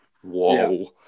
whoa